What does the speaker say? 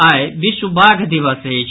आइ विश्व बाघ दिवस अछि